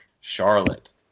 Charlotte